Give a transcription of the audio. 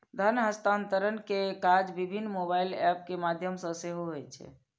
धन हस्तांतरण के काज विभिन्न मोबाइल एप के माध्यम सं सेहो होइ छै